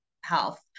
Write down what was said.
health